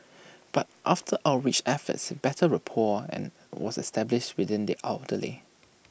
but after outreach efforts better rapport and was established within the elderly